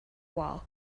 wall